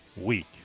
week